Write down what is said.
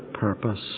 purpose